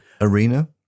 arena